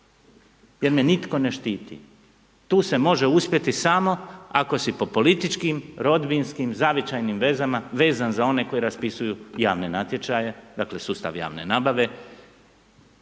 jer me nitko ne štiti, tu se može uspjeti samo ako si po političkim, rodbinskim, zavičajnim vezama vezan za one koji raspisuju javne natječaje, dakle sustav javne nabave